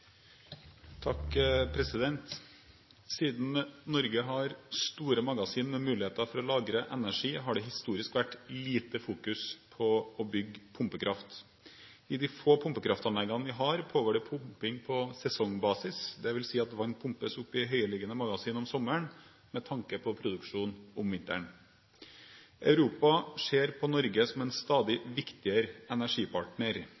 Siden Norge har store magasiner med mulighet for å lagre energi, har det historisk vært lite fokus på å bygge pumpekraft. I de få pumpekraftanleggene vi har, pågår det pumping på sesongbasis, dvs. at vann pumpes opp i høyereliggende magasin om sommeren med tanke på produksjon om vinteren. Europa ser på Norge som en